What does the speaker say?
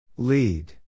Lead